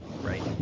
right